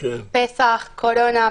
הדירה, פסח, קורונה.